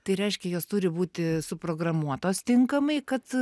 tai reiškia jos turi būti suprogramuotos tinkamai kad